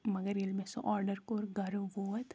مگر ییٚلہِ مےٚ سُہ آرڈَر کوٚر گَرٕ ووت